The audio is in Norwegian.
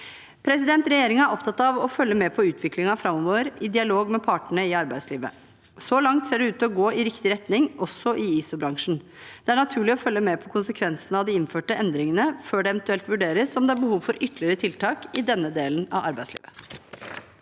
Regjeringen er opptatt av å følge med på utviklingen framover i dialog med partene i arbeidslivet. Så langt ser det ut til å gå i riktig retning, også i ISO-bransjen. Det er naturlig å følge med på konsekvensene av de innførte endringene før det eventuelt vurderes om det er behov for ytterligere tiltak i denne delen av arbeidslivet.